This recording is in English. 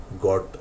got